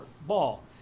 ball